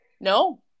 No